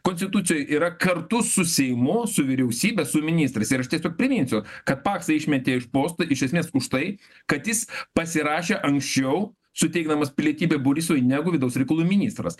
konstitucijoj yra kartu su seimu su vyriausybe su ministrais ir aš tiesiog priminsiu kad paksą išmetė iš posto iš esmės už tai kad jis pasirašė anksčiau suteikdamas pilietybę borisovui negu vidaus reikalų ministras